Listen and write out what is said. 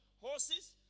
horses